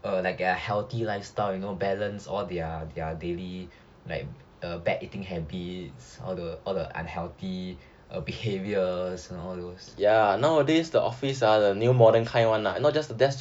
uh like their healthy lifestyle you know balance all their their daily like uh bad eating habits all the unhealthy uh behaviours and all those